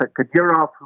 Kadyrov